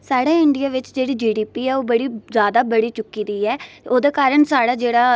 साढ़े इंडिया बिच्च जेह्डी जी डी पी ऐ ओह् बड़ी ज्यादा बढ़ी चुकी दी ऐ ते ओह्दे कारण साढ़ा जेह्ड़ा